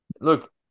look